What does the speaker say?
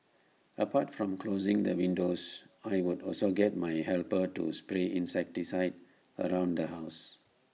apart from closing the windows I would also get my helper to spray insecticide around the house